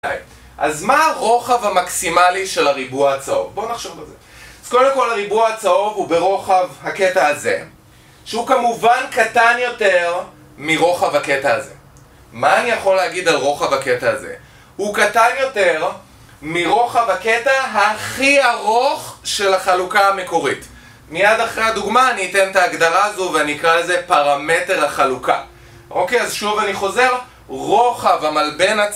אז מה הרוחב המקסימלי של הריבוע הצהוב? בואו נחשוב על זה. אז קודם כל הריבוע הצהוב הוא ברוחב הקטע הזה, שהוא כמובן קטן יותר מרוחב הקטע הזה. מה אני יכול להגיד על רוחב הקטע הזה? הוא קטן יותר מרוחב הקטע הכי ארוך של החלוקה המקורית. מיד אחרי הדוגמה אני אתן את ההגדרה הזו, ואני אקרא לזה פרמטר החלוקה. אוקיי, אז שוב אני חוזר, רוחב המלבן ה...